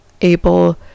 able